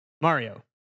Mario